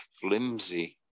flimsy